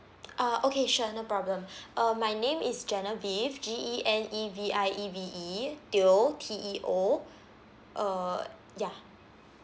uh okay sure no problem uh my name is genevieve G E N E V I E V E teo T E O uh ya